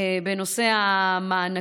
בנושא המענקים.